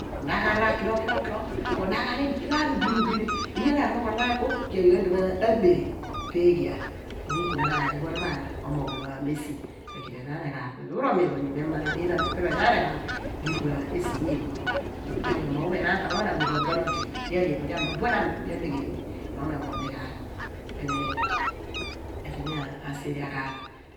Ro naghan ghan raar kiro aro kiro ro naghan raar ugbo ni ugbi ni ugbi ni mo ko neghan ku opuki ghan iduon reberi eeghi ruukuna r'eeruanaan pho acrist omogh awe pho mee sucom ipe ku idi enaan pho eghaaph ku iphen romiin ghan bo sien pho pu ema redeenaan mo ipe enaan eghaaph bo me eru ni esu nyi idi pho pho ku mu ra bem ghan mo omoogh awe pho ku aloghunaan dighaagh buen odi odi alegheri bo odi abem mu buen odi mo odi alegheri eloghonaan we pho deghaagh bininim ku ipe bim ku idi mi aseere aghaaph.